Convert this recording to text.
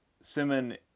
Simon